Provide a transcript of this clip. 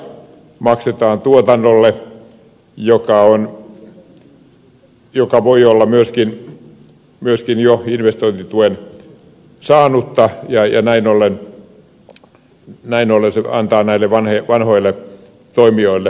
tuotantotukea maksetaan tuotannolle joka voi olla myöskin jo investointituen saanutta ja näin ollen se antaa näille vanhoille toimijoille mahdollisuuden